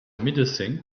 médecin